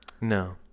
No